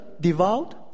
devout